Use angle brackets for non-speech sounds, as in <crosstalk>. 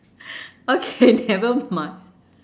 okay <laughs> nevermind